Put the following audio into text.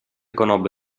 conobbe